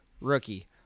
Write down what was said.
rookie